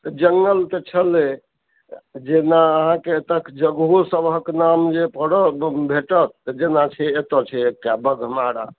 तऽ जङ्गल तऽछलै जेना अहाँकेँ एतए जगहो सबहक नाम जे पड़ल भेटत जेना छै एतऽ छै एकटा बाघमारा